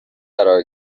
قرار